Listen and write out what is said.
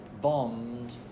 bombed